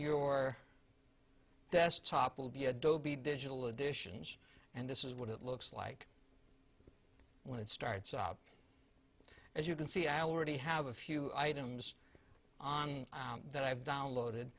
your desktop will be adobe digital editions and this is what it looks like when it starts up as you can see i already have a few items on that i've downloaded